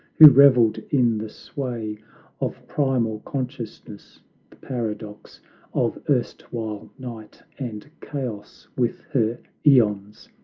who reveled in the sway of primal consciousness, the paradox of erstwhile night and chaos with her aeons!